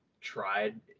tried